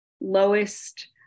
lowest